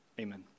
Amen